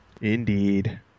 Indeed